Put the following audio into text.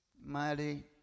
mighty